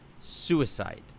suicide